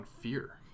fear